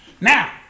Now